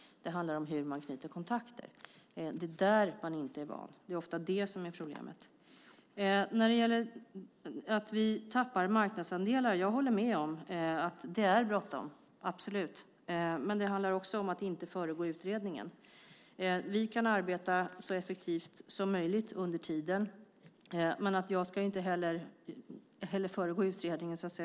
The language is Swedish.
Det handlar om hur man knyter kontakter. Det är där man inte är van. Det är ofta det som är problemet. När det gäller att vi tappar marknadsandelar håller jag med om att det är bråttom - absolut. Men det handlar också om att inte föregå utredningen. Vi kan arbeta så effektivt som möjligt under tiden, men jag ska inte föregå utredningen.